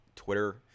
Twitter